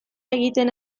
egiten